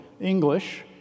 English